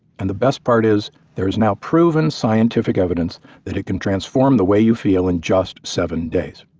and the best part is there is now proven scientific evidence that it can transform the way you feel in just seven days.